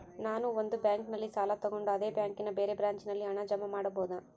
ನಾನು ಒಂದು ಬ್ಯಾಂಕಿನಲ್ಲಿ ಸಾಲ ತಗೊಂಡು ಅದೇ ಬ್ಯಾಂಕಿನ ಬೇರೆ ಬ್ರಾಂಚಿನಲ್ಲಿ ಹಣ ಜಮಾ ಮಾಡಬೋದ?